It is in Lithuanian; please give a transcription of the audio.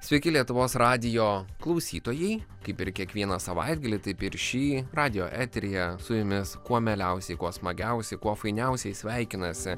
sveiki lietuvos radijo klausytojai kaip ir kiekvieną savaitgalį taip ir šį radijo eteryje su jumis kuo mieliausiai kuo smagiausiai kuo fainiausiai sveikinasi